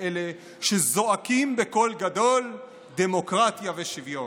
אלה שזועקים בקול גדול "דמוקרטיה" ו"שוויון",